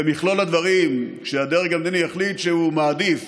במכלול הדברים, כשהדרג המדיני יחליט שהוא מעדיף